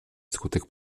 wskutek